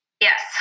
Yes